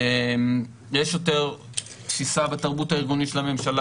יש יותר תפיסה בתרבות הארגונית של הממשלה